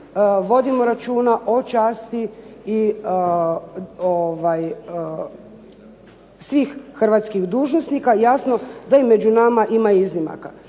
vodimo računa o časti svih hrvatskih dužnosnika, jasno da i među nama ima iznimaka.